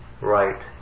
right